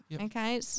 okay